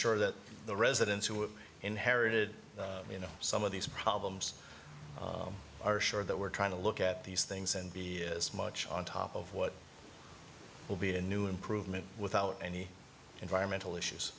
sure that the residents who have inherited you know some of these problems are sure that we're trying to look at these things and be as much on top of what will be a new improvement without any environmental issues